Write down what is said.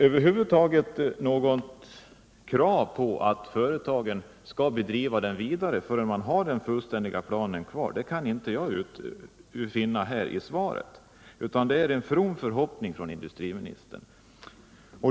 Något krav på företaget att fortsätta driften tills man har den fullständiga planen klar kan jag över huvud taget inte finna i svaret, utan det är som sagt bara en from förhoppning.